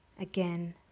again